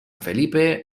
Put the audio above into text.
felipe